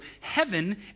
heaven